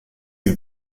die